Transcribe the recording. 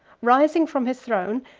rising from his throne,